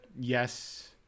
Yes